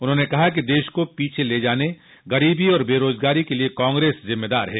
उन्होंने कहा कि देश को पीछे ले जाने गरीबी और बेरोजगारी के लिए कांग्रेस जिम्मेदार है